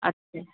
अच्छा